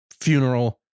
funeral